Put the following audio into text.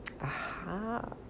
Aha